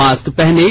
mask पहनें